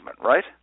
right